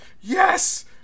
Yes